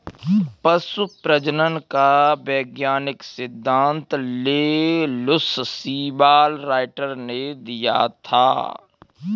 पशु प्रजनन का वैज्ञानिक सिद्धांत जे लुश सीवाल राइट ने दिया था